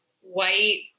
white